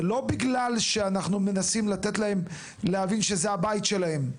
זה לא בגלל שאנחנו מנסים לתת להם להבין שזה הבית שלהם,